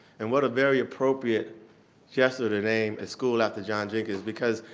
and what a very appropriate gesture today, a school after john jenkins. because,